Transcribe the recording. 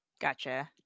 gotcha